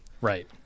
Right